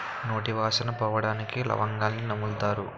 నోటి వాసన పోవడానికి లవంగాన్ని నములుతారు